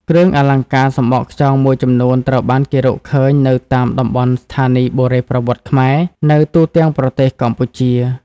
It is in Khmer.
គ្រឿងអលង្ការសំបកខ្យងមួយចំនួនត្រូវបានគេរកឃើញនៅតាមតំបន់ស្ថានីយ៍បុរេប្រវត្តិខ្មែរ នៅទូទាំងប្រទេសកម្ពុជា។